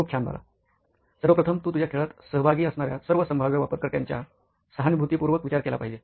खूप छान बाला सर्वप्रथम तू तुझ्या खेळात सहभागी असणाऱ्या सर्व संभाव्य वापरकर्त्यांच्या सहानुभूतीपूर्वक विचार केला पाहिजे